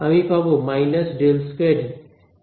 আমি পাব − ∇2 E